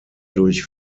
durch